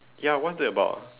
ya what's it about